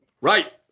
Right